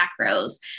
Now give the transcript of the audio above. macros